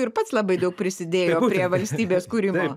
ir pats labai daug prisidėjo prie valstybės kūrimo